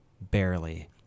barely